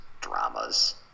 dramas